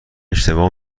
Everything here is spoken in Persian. اشتباه